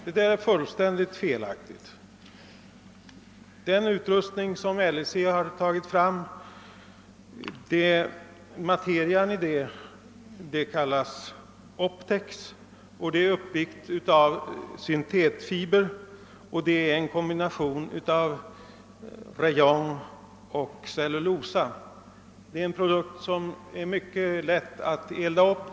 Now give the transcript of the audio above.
Detta är fullständigt felaktigt. Materialet i den utrustning LIC har tagit fram kallas optex. Den är uppbyggd av syntetfiber och är en kombination av rayon och cellulosa. Det är en produkt som är mycket lätt att elda upp.